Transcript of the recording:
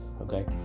Okay